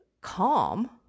calm